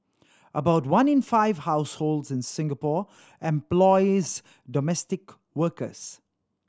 about one in five households in Singapore employs domestic workers